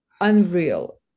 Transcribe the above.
unreal